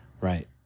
right